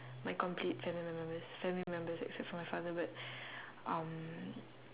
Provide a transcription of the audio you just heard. my complete family mem~ members family members except for my father but um